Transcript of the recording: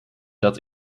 dat